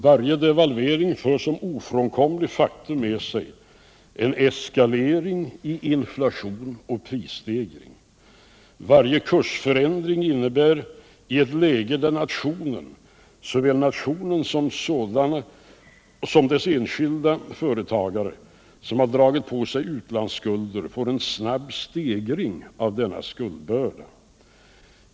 Varje devalvering för som ett ofrånkomligt faktum med sig en cskalering i fråga om inflation och prisstegring. Varje kursförändring innebär i et läge där nationen — såväl nationen som sådan som dess enskilda företagare — har dragit på sig utlandsskulder. en snabb stegring av denna skultdbörda.